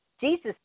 Jesus